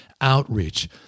outreach